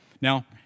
Now